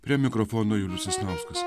prie mikrofono julius sasnauskas